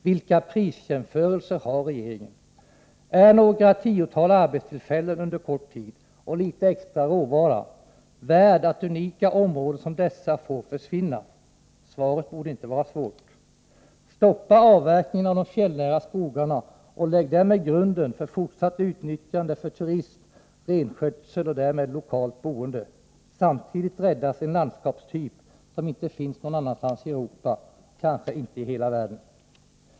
Vilka prisjämförelser har regeringen? Är några tiotal arbetstillfällen under kort tid och litet extra råvara så mycket värda att unika områden som dessa får försvinna? Svaret borde inte vara svårt att komma fram till. Stoppa avverkningen av de fjällnära skogarna och lägg därmed grunden för fortsatt utnyttjande av turism, renskötsel och därmed lokalt boende! Samtidigt räddas en landskapstyp som inte finns någon annanstans i Europa, kanske inte i hela världen.